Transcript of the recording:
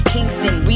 Kingston